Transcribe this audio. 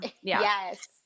Yes